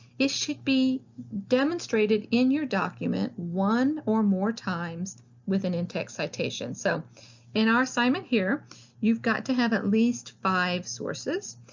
it should be demonstrated in your document one or more times with an in-text citation. so in our assignment here you've got to have at least five sources,